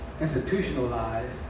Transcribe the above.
institutionalized